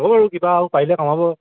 হ'ব বাৰু কিবা আৰু পাৰিলে কমাব